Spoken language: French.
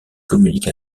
communique